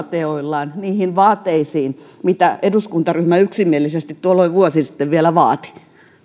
teoillaan niihin vaateisiin mitä eduskuntaryhmä yksimielisesti tuolloin vuosi sitten vielä vaati